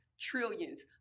trillions